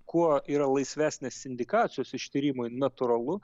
kuo yra laisvesnės indikacijos ištyrimui natūralu